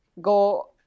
Go